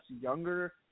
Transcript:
younger